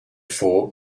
for